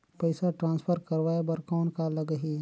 पइसा ट्रांसफर करवाय बर कौन का लगही?